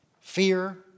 Fear